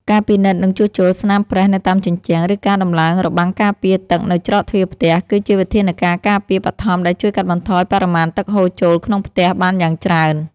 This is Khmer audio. ការពិនិត្យ និងជួសជុលស្នាមប្រេះនៅតាមជញ្ជាំង ឬការដំឡើងរបាំងការពារទឹកនៅច្រកទ្វារផ្ទះ គឺជាវិធានការការពារបឋមដែលជួយកាត់បន្ថយបរិមាណទឹកហូរចូលក្នុងផ្ទះបានយ៉ាងច្រើន។